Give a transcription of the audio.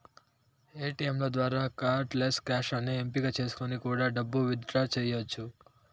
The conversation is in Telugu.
ఏటీయంల ద్వారా కార్డ్ లెస్ క్యాష్ అనే ఎంపిక చేసుకొని కూడా డబ్బు విత్ డ్రా చెయ్యచ్చు